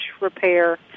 repair